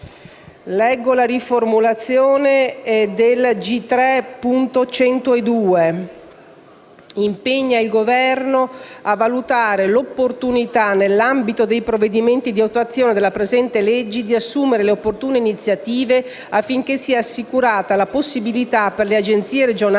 nella materia ambientale, impegna il Governo a valutare l'opportunità, nell'ambito dei provvedimenti di attuazione della presente legge, di assumere le opportune iniziative affinché sia assicurata la possibilità per le agenzie regionali